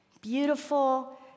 beautiful